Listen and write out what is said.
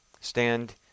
stand